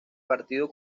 partido